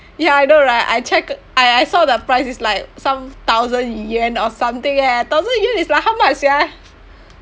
ya I know right I check I I saw the price it's like some thousand yuan or something eh thousand yuan is like how much sia